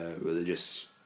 religious